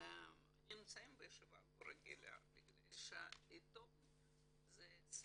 בישיבה לא רגילה, בגלל שעיתון זה עסק.